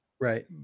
Right